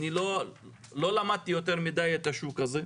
אני לא למדתי יותר מדי את השוק הזה,